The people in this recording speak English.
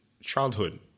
childhood